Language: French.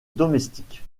domestiques